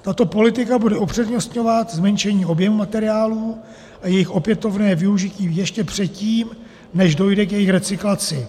Tato politika bude upřednostňovat zmenšení objemu materiálů a jejich opětovné využití ještě předtím, než dojde k jejich recyklaci.